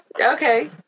Okay